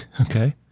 Okay